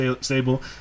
stable